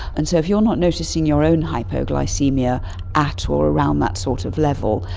and so if you are not noticing your own hypoglycaemia at or around that sort of level,